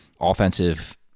offensive